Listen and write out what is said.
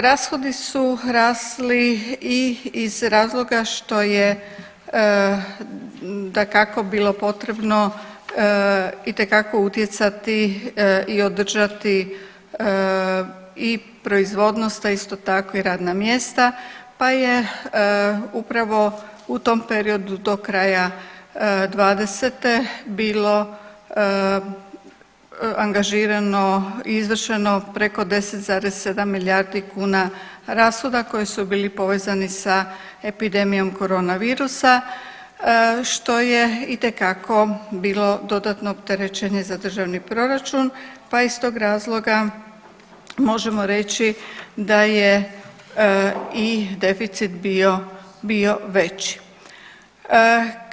Rashodi su rasli i iz razloga što je dakako bilo potrebno itekako utjecati i održati i proizvodnost, a isto tako i radna mjesta, pa je upravo u tom periodu do kraja '20. bilo angažirano i izvršeno preko 10,7 milijardi kuna rashoda koji su bili povezani sa epidemijom koronavirusa, što je itekako bilo dodatno opterećenje za državni proračun, pa iz tog razloga možemo reći da je i deficit bio, bio veći.